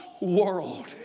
world